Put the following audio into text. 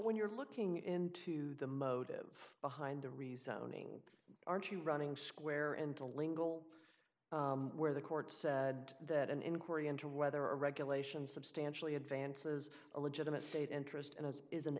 when you're looking into the motive behind the reasoning aren't you running square and the lingle where the court said that an inquiry into whether a regulation substantially advances a legitimate state interest and is an